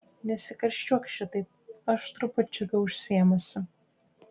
nesikarščiuok šitaip aš trupučiuką užsiėmusi